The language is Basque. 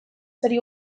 sari